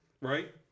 Right